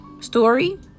story